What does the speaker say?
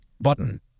button